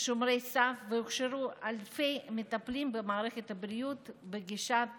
שומרי סף ואלפי מטפלים במערכת הבריאות בגישת